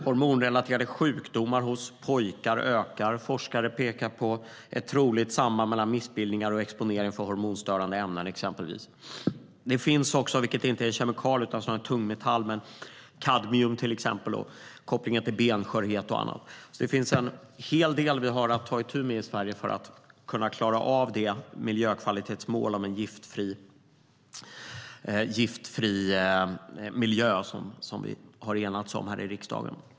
Hormonrelaterade sjukdomar hos pojkar ökar. Forskare pekar på ett troligt samband mellan missbildningar och exponering för hormonstörande ämnen. Det finns dessutom tungmetaller, såsom kadmium, som har kopplingar till benskörhet och annat. Det finns alltså en hel del vi har att ta itu med i Sverige för att uppfylla miljökvalitetsmålet Giftfri miljö, som vi har enats om i riksdagen.